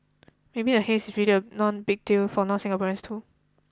maybe the haze is really a none big deal for non Singaporeans too